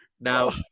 now